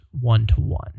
one-to-one